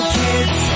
kids